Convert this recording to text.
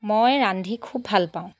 মই ৰান্ধি খুব ভাল পাওঁ